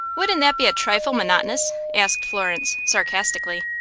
wouldn't that be a trifle monotonous? asked florence, sarcastically.